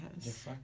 yes